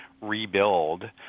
rebuild